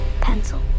Pencil